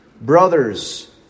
brothers